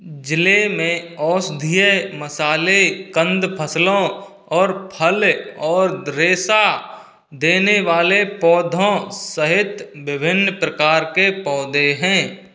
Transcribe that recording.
ज़िले में औषधीय मसाले कंद फ़सलों और फल और रेशा देने वाले पौधों सहित विभिन्न प्रकार के पौधे हैं